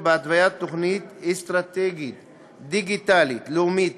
בהתוויית תוכנית אסטרטגיה דיגיטלית לאומית